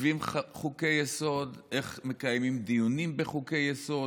כותבים חוקי-יסוד, איך מקיימים דיונים בחוקי-יסוד.